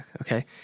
Okay